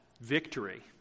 victory